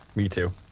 me too